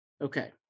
Okay